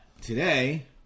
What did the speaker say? today